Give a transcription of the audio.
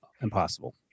impossible